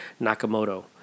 Nakamoto